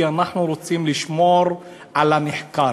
כי אנחנו רוצים לשמור על הנחקר,